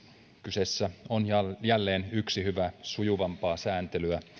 kyseessä on jälleen yksi hyvä sujuvampaa sääntelyä